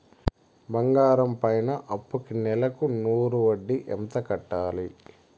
బంగారం పైన అప్పుకి నెలకు నూరు వడ్డీ ఎంత కట్టాలి?